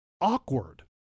awkward